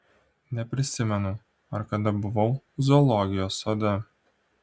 neprisimenu ar kada buvau zoologijos sode